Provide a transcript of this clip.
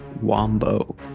wombo